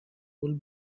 old